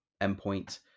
endpoint